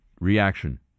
reaction